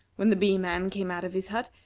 when the bee-man came out of his hut,